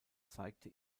zeigte